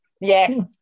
Yes